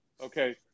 Okay